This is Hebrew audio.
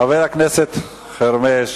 חבר הכנסת חרמש,